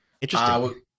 Interesting